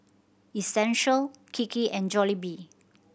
Essential Kiki and Jollibee